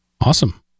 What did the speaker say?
Awesome